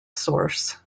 source